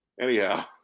Anyhow